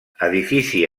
edifici